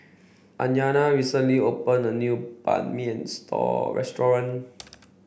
Anaya recently opened a new Banh Mi Store Restaurant